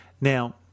Now